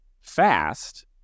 fast